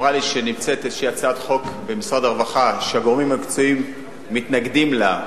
אמרה לי שיש איזו הצעת חוק במשרד הרווחה שהגורמים המקצועיים מתנגדים לה,